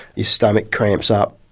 your stomach cramps up,